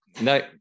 No